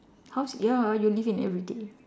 house ya you live in everyday